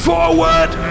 Forward